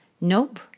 Nope